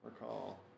recall